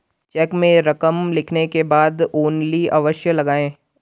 check में रकम लिखने के बाद ओन्ली अवश्य लगाएँ